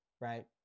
right